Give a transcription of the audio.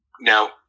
Now